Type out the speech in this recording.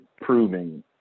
proving